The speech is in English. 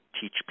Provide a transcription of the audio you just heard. teach